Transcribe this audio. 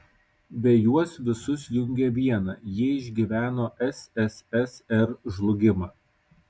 be juos visus jungia viena jie išgyveno sssr žlugimą